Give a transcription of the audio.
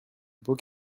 beau